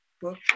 book